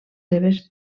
seves